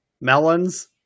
Melons